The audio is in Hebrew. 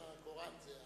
הקוראן זה,